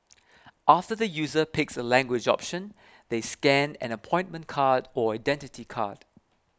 after the user picks a language option they scan an appointment card or Identity Card